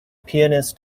pianist